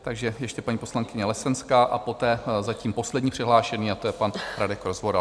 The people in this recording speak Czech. Takže ještě paní poslankyně Lesenská a poté zatím poslední přihlášený a to je pan Radek Rozvoral.